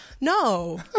No